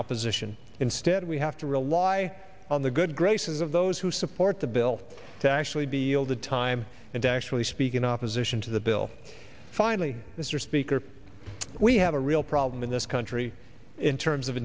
opposition instead we have to rely on the good graces of those who support the bill to actually be yielded time and actually speak in opposition to the bill finally mr speaker we have a real problem in this country in terms of